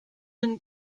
une